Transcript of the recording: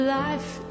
life